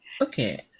Okay